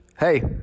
Hey